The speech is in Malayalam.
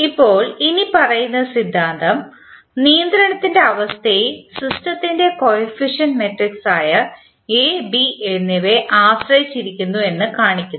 ഇപ്പോൾ ഇനിപ്പറയുന്ന സിദ്ധാന്തം നിയന്ത്രണത്തിൻറെ അവസ്ഥ സിസ്റ്റത്തിൻറെ കോഫിഫിഷ്യന്റ് മെട്രിക്സായ എ ബി എന്നിവയെ ആശ്രയിച്ചിരിക്കുന്നുവെന്ന് കാണിക്കുന്നു